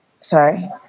Sorry